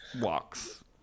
walks